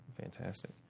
fantastic